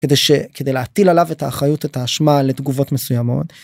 כדי שכדי להטיל עליו את האחריות את האשמה לתגובות מסוימות.